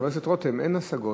חבר הכנסת רותם, אין השגות.